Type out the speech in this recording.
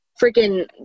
freaking